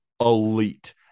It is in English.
elite